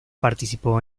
participó